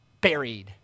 buried